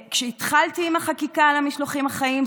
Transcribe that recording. כשהתחלתי עם החקיקה על המשלוחים החיים,